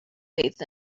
faith